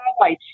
lights